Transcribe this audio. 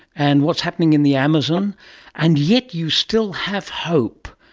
and what's happening in the amazon and yet you still have hope.